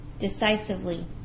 decisively